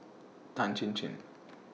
Tan Chin Chin